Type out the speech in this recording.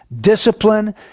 discipline